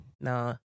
No